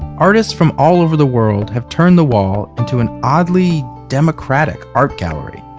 artists from all over the world have turned the wall into an oddly democratic art gallery.